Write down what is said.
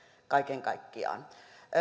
kaiken kaikkiaan